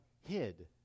hid